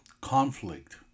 conflict